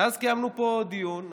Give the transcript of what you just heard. ואז קיימנו פה דיון.